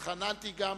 התחננתי גם